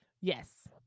Yes